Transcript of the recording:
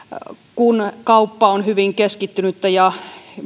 kun kauppa on hyvin keskittynyttä ja